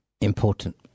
important